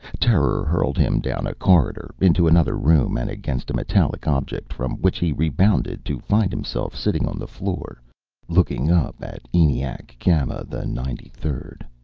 terror hurled him down a corridor, into another room, and against a metallic object from which he rebounded, to find himself sitting on the floor looking up at eniac gamma the ninety-third.